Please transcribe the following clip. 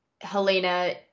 Helena